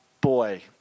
Boy